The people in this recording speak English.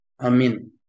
amen